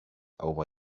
over